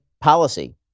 policy